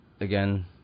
Again